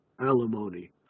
alimony